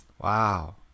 Wow